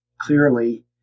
clearly